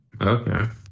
Okay